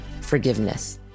forgiveness